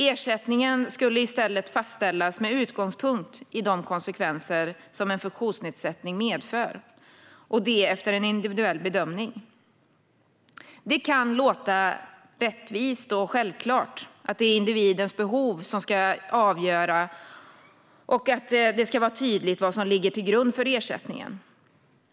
Ersättningen skulle i stället fastställas med utgångspunkt i de konsekvenser som en funktionsnedsättning medför, och det efter en individuell bedömning. Det kan låta rättvist och självklart att det är individens behov som ska avgöra och att det ska vara tydligt vad som ligger till grund för ersättningen.